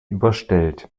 überstellt